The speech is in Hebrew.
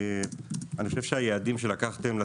אני חושב שהיעדים שלקחתם לעצמכם,